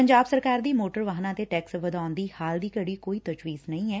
ਪੰਜਾਬ ਸਰਕਾਰ ਦੀ ਮੋਟਰ ਵਾਹਨਾਂ ਤੇ ਟੈਕਸ ਵਧਾਉਣ ਦੀ ਹਾਲ ਦੀ ਘੜੀ ਕੋਈ ਤਜਵੀਜ਼ ਨਹੀਂ ਏ